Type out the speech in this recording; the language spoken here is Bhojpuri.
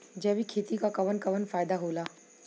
जैविक खेती क कवन कवन फायदा होला?